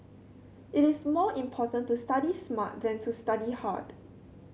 it is more important to study smart than to study hard